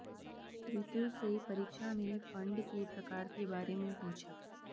रितु से परीक्षा में फंड के प्रकार के बारे में पूछा